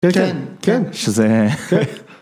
כן, כן, שזה...